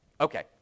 Okay